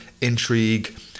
intrigue